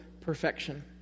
perfection